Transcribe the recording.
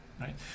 right